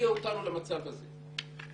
שהביאה אותנו למצב הזה,